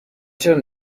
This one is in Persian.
چرا